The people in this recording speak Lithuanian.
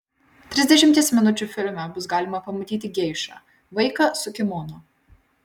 trisdešimties minučių filme bus galima pamatyti geišą vaiką su kimono